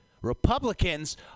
Republicans